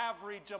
average